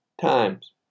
times